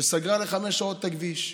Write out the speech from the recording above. שסגרה לחמש שעות את הכביש,